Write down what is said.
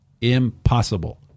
Impossible